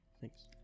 Thanks